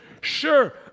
Sure